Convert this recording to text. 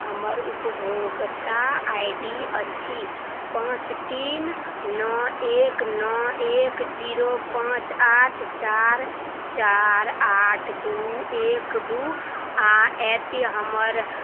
हमर उपभोक्ता I D अछि पाँच तीन नओ एक नओ एक जीरो पाँच आठ चारि चारि आठ दू एक दू आओर एती हमर